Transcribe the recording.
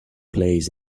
plays